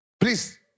Please